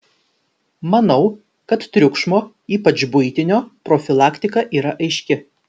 manau kad triukšmo ypač buitinio profilaktika yra aiški